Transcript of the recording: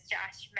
Josh